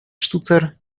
sztucer